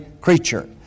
creature